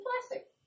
plastic